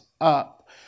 up